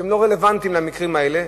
שהם לא רלוונטיים למקרים האלה,